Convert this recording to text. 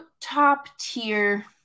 top-tier